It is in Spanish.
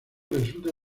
resulta